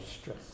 stress